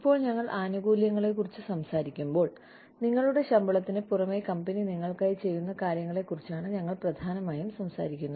ഇപ്പോൾ ഞങ്ങൾ ആനുകൂല്യങ്ങളെക്കുറിച്ച് സംസാരിക്കുമ്പോൾ നിങ്ങളുടെ ശമ്പളത്തിന് പുറമേ കമ്പനി നിങ്ങൾക്കായി ചെയ്യുന്ന കാര്യങ്ങളെക്കുറിച്ചാണ് ഞങ്ങൾ പ്രധാനമായും സംസാരിക്കുന്നത്